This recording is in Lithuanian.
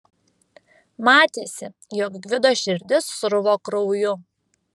matėsi jog gvido širdis sruvo krauju